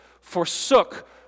forsook